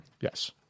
Yes